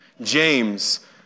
James